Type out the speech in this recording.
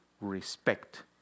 respect